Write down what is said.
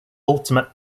ultimate